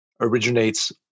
originates